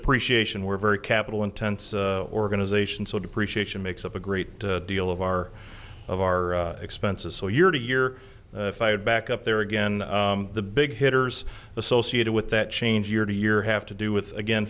depreciation we're very capital intensive organization so depreciation makes up a great deal of our of our expenses so year to year if i had back up there again the big hitters associated with that change year to year have to do with again